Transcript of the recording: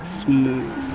smooth